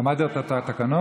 למדת את התקנון?